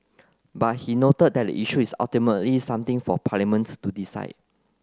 but he noted that the issue is ultimately something for Parliament to decide